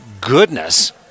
goodness